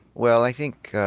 well, i think